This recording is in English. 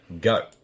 go